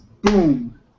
Boom